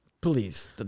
Please